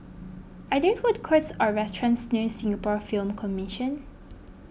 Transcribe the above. are there food courts or restaurants near Singapore Film Commission